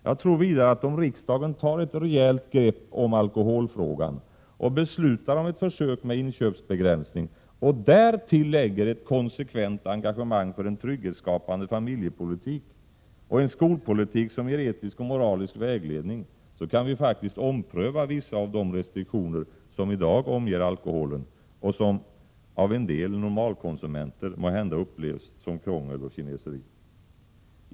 Jag tror vidare att om riksdagen tar ett rejält grepp om alkoholfrågan och beslutar om ett försök med inköpsbegränsning och därtill lägger ett konsekvent engagemang för en trygghetsskapande familjepolitik, en skolpolitik som ger etisk och moralisk vägledning, så kan vi faktiskt ompröva vissa av de restriktioner som i dag omger alkoholen och som av en del normalkonsumenter måhända upplevs som krångel och kineseri.